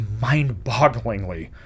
mind-bogglingly